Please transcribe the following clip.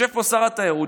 יושב פה שר התיירות,